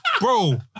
bro